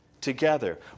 together